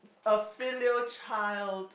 a filial child